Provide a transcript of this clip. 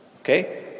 Okay